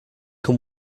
can